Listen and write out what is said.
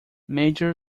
major